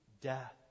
death